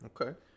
Okay